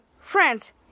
Friends